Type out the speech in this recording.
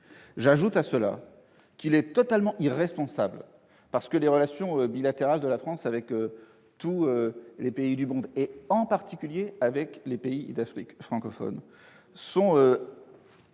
J'ajoute qu'il est totalement irresponsable, les relations bilatérales de la France avec tous les pays du monde, et, en particulier avec les pays d'Afrique francophone, étant